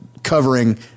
covering